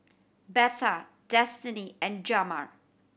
Betha Destinee and Jamar